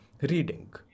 reading